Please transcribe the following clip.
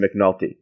McNulty